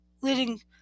leading